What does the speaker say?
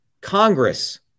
Congress